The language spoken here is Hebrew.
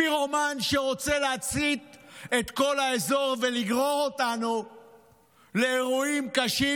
פירומן שרוצה להצית את כל האזור ולגרור אותנו לאירועים קשים,